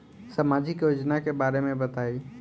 सामाजिक योजना के बारे में बताईं?